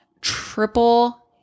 triple